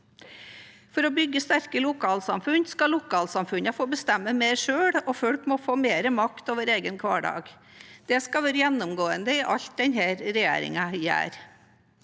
For å bygge sterke lokalsamfunn skal lokalsamfunnene få bestemme mer selv, og folk må få mer makt over egen hverdag. Det skal være gjennomgående i alt denne regjeringen gjør.